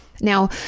Now